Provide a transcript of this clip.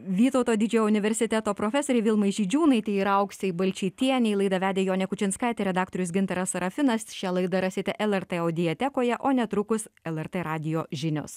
vytauto didžiojo universiteto profesorei vilmai žydžiūnaitei ir auksei balčytienei laidą vedė jonė kučinskaitė redaktorius gintaras serafinas šią laidą rasite lrt audiotekoje o netrukus lrt radijo žinios